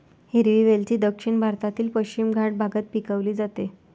हिरवी वेलची दक्षिण भारतातील पश्चिम घाट भागात पिकवली जाते